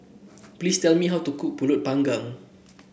please tell me how to cook pulut Panggang